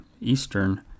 Eastern